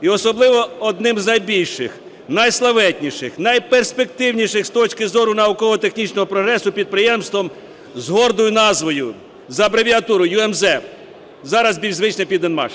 І особливо – одним із найбільших, найславетніших, найперспективніших з точки зору науково-технічного прогресу підприємством з гордою назвою за абревіатурою ЮМЗ, зараз більш звичне "Південмаш".